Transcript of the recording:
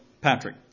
Patrick